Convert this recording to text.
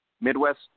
Midwest